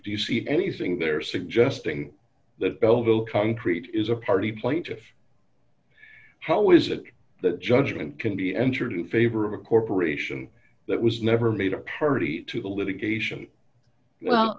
see anything there suggesting that bellville concrete is a party plaintiff how is it that judgment can be entered in favor of a corporation that was never made a party to the litigation well